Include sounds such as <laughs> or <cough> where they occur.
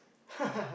<laughs>